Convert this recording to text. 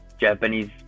Japanese